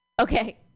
Okay